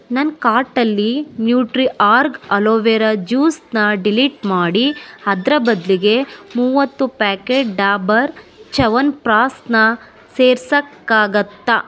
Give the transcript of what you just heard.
ನನ್ನ ಕಾರ್ಟಲ್ಲಿ Nutriorg aloe vera ಜ್ಯೂಸ್ನ ಡಿಲೀಟ್ ಮಾಡಿ ಅದರ ಬದಲಿಗೆ ಮೂವತ್ತು ಪ್ಯಾಕೆಟ್ ಡಾಬರ್ ಚವನ್ ಪ್ರಾಶ್ನ ಸೇರ್ಸೋಕ್ಕಾಗುತ್ತಾ